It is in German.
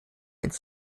ins